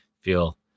feel